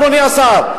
אדוני השר,